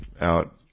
out